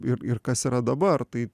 ir ir kas yra dabar tai